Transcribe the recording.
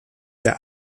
der